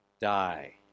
Die